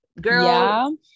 Girl